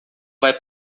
vai